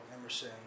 Emerson